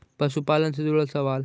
पशुपालन से जुड़ल सवाल?